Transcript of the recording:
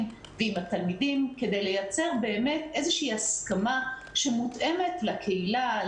ועם התלמידים כדי לייצר איזו הסכמה שמותאמת לקהילה,